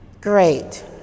Great